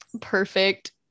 perfect